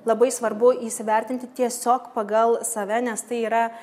labai svarbu įsivertinti tiesiog pagal save nes tai yra